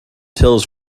tills